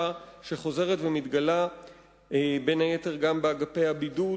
שחוזרת ומתגלה בין היתר גם באגפי הבידוד,